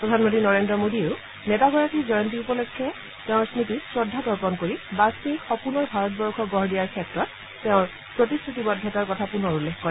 প্ৰধানমন্ত্ৰী নৰেন্দ্ৰ মোদীয়েও নেতাগৰাকীৰ জয়ন্তী উপলক্ষে নেতাগৰাকীৰ স্নতিত শ্ৰদ্ধা তৰ্পন কৰি বাজপেয়ীৰ সপোনৰ ভাৰতবৰ্ষ গঢ় দিয়াৰ ক্ষেত্ৰত তেওঁৰ প্ৰতিশ্ৰুতিবদ্ধতাৰ কথা পুনৰ উল্লেখ কৰে